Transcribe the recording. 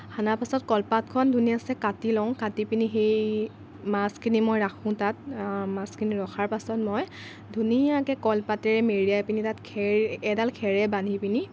সনাৰ পিছত কলপাতখন ধুনিয়াচে কাটি লওঁ কাটি পিনি সেই মাছখিনি মই ৰাখোঁ তাত মাছখিনি ৰখাৰ পিছত মই ধুনীয়াকৈ কলপাতেৰে মেৰিয়াই পিনি তাত খেৰ এডাল খেৰেৰে বান্ধি পিনি